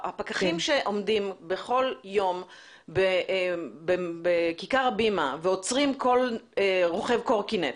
הפקחים שעומדים בכל יום בכיכר הבימה ועוצרים כל רוכב קורקינט,